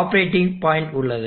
operating point உள்ளது